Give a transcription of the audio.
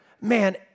man